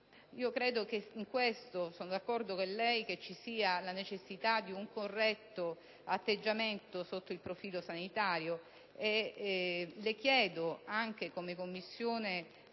Ritengo che su questo - sono d'accordo con lei - ci sia la necessità di un corretto atteggiamento sotto il profilo sanitario e le chiedo, anche a nome della Commissione